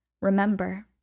remember